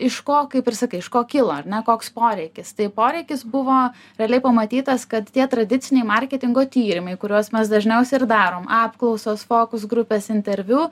iš ko kaip ir sakai iš ko kilo ar ne koks poreikis tai poreikis buvo realiai pamatytas kad tie tradiciniai marketingo tyrimai kuriuos mes dažniausiai ir darom apklausos fokus grupės interviu